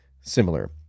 similar